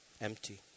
empty